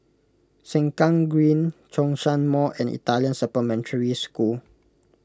Sengkang Green Zhongshan Mall and Italian Supplementary School